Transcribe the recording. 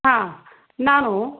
ಹಾಂ ನಾನು